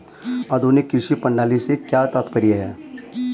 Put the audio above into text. आधुनिक कृषि प्रणाली से क्या तात्पर्य है?